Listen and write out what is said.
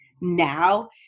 now